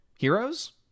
heroes